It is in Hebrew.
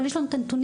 יש לנו את הנתונים,